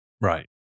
Right